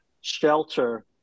shelter